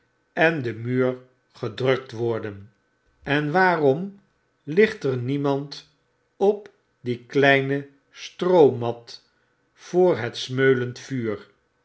en den muur gedrukt worden en waarom ligt er niemand op die kleine stroomat voor het smeulend vuur